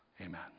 Amen